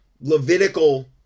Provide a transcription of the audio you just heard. Levitical